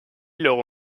leur